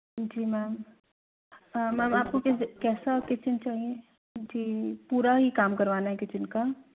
जी ma'am ma'am आपको किस कैसा किचिन चाहिए जी पूरा ही काम करवाना है किचिन का